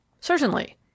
Certainly